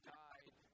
died